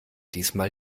diesmal